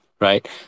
right